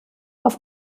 auf